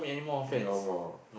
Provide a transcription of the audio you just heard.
no more